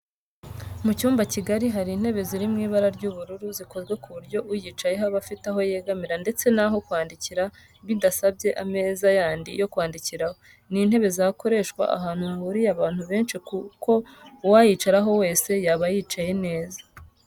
Mu cyumba kigari hari intebe ziri mu ibara ry'ubururu zikozwe ku buryo uyicayeho aba afite aho yegamira ndetse n'aho kwandikira bidasabye ameza yandi yo kwandikiraho. Ni intebe zakoreshwa ahantu hahuriye abantu benshi kuko uwayicaraho wese yaba yicaye neza